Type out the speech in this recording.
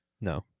no